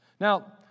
Now